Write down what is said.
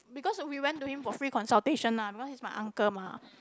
because we went to him for free consultation ah because he's my uncle mah